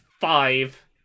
five